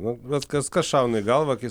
na vat kas kas šauna į galvą kai